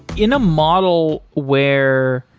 in a model where,